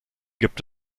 gibt